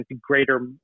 greater